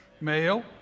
Male